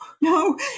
no